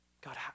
God